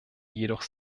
jedoch